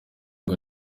ngo